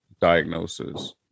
diagnosis